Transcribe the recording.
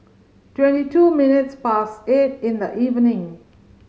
twenty two minutes past eight in the evening